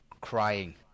Crying